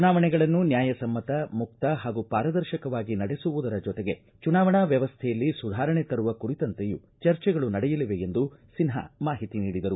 ಚುನಾವಣೆಗಳನ್ನು ನ್ಯಾಯಸಮ್ಮತ ಮುಕ್ತ ಹಾಗೂ ಪಾರದರ್ಶಕವಾಗಿ ನಡೆಸುವುದರ ಜೊತೆಗೆ ಚುನಾವಣಾ ವ್ಯವಸ್ಥೆಯಲ್ಲಿ ಸುಧಾರಣೆ ತರುವ ಕುರಿತಂತೆಯೂ ಚರ್ಚೆಗಳು ನಡೆಯಲಿವೆ ಎಂದು ಸಿನ್ವಾ ಮಾಹಿತಿ ನೀಡಿದರು